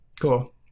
Cool